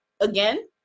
again